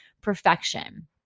perfection